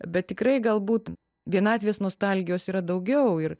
bet tikrai galbūt vienatvės nostalgijos yra daugiau ir